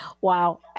Wow